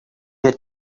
had